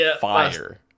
fire